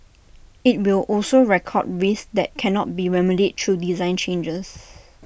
IT will also record risks that cannot be remedied through design changes